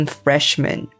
freshmen